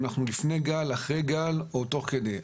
אנחנו לפני גל או אחרי גל או תוך כדי.